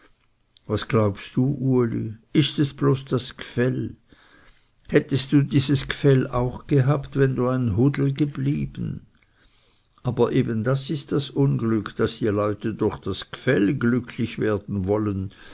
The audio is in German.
was glaubst du uli ist es bloß das gfell hättest du dieses gfell auch gehabt wenn du ein hudel geblieben aber eben das ist das unglück daß die leute durch das gfell glücklich werden wollen